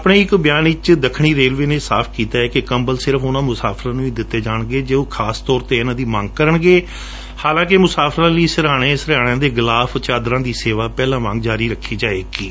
ਆਪਣੇ ਇਕ ਬਿਆਨ ਵਿਚ ਦੱਖਣੀ ਰੇਲਵੇ ਨੇ ਸਾਫ਼ ਕੀਤੈ ਕਿ ਕੰਬਲ ਸਿਰਫ ਉਨਾਂ ਮੁਸਾਫਰਾਂ ਨੂੰ ਹੀ ਦਿੱਤੇ ਜਾਣਗੇ ਜੋ ਖਾਸ ਤੌਰ ਤੇ ਇਨੂਾਂ ਦੀ ਮੰਗ ਕਰਨਗੇ ਹਾਲਾਂਕਿ ਮੁਸਾਫਰਾਂ ਲਈ ਸਿਰਹਾਣੇ ਸਿਰਹਾਣਿਆਂ ਦੇ ਗਿਲਾਫ਼ ਅਤੇ ਚੰਦਰਾਂ ਦੀ ਸੇਵਾ ਪਹਿੱਲਾਂ ਵਾਂਗ ਜਾਰੀ ਰਖੀ ਜਾਵੇਗੀ